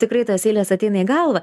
tikrai tos eilės ateina į galvą